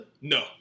No